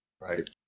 Right